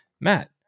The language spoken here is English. Matt